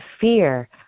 fear